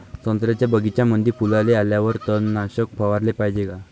संत्र्याच्या बगीच्यामंदी फुलाले आल्यावर तननाशक फवाराले पायजे का?